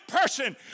person